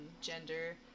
gender